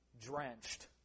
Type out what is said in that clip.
drenched